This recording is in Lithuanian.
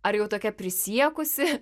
ar jau tokia prisiekusi